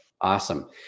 Awesome